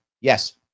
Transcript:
Yes